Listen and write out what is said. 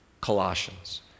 Colossians